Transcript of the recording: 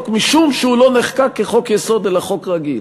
משום שהוא לא נחקק כחוק-יסוד אלא חוק רגיל.